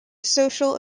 social